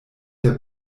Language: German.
der